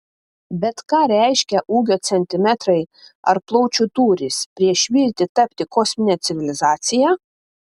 bet ką reiškia ūgio centimetrai ar plaučių tūris prieš viltį tapti kosmine civilizacija